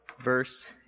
verse